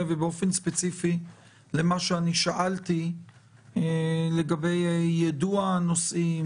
ובאופן ספציפי למה ששאלתי לגבי יידוע נוסעים,